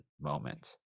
moment